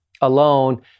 alone